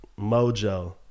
mojo